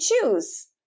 choose